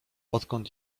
odkąd